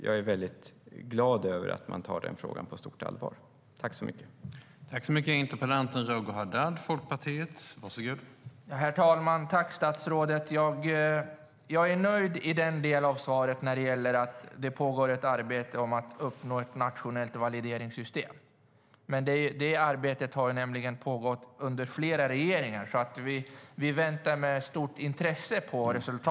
Jag är glad att man tar den frågan på stort allvar.